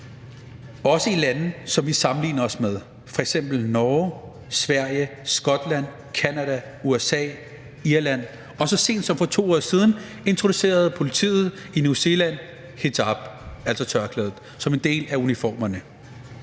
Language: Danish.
også i lande, som vi sammenligner os med, f.eks. Norge, Sverige, Skotland, USA og Irland. Og så sent som for 2 år siden introducerede politiet i New Zealand hijab, altså tørklæde, som en del af uniformerne.